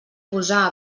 posar